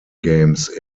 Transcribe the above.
games